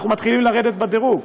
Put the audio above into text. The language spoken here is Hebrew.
אנחנו מתחילים לרדת בדירוג.